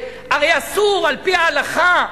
הרי אסור, על-פי ההלכה,